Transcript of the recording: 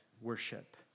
worship